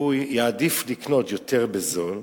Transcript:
הוא יעדיף לקנות אותו יותר בזול,